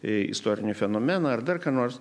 istorinį fenomeną ar dar ką nors